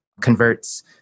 converts